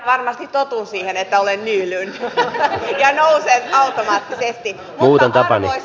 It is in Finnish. varmasti totun siihen että olen neljään keenan ei muuten päähäni